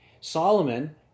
Solomon